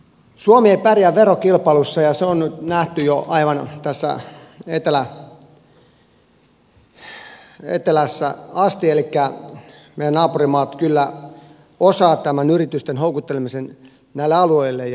suomi ei pärjää verokilpailussa ja se on nyt nähty jo aivan etelässä asti elikkä meidän naapurimaat kyllä osaavat tämän yritysten houkuttelemisen näille alueille